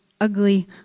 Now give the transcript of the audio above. ugly